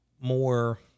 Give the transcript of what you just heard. more